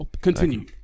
Continue